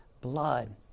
blood